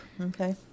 Okay